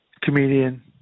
Comedian